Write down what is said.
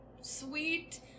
sweet